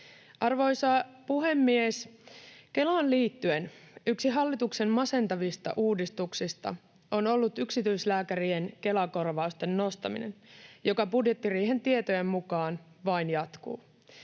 Arvoisa puhemies! Kelaan liittyen yksi hallituksen masentavista uudistuksista on ollut yksityislääkärien Kela-korvausten nostaminen, joka budjettiriihen tietojen mukaan vain jatkuu.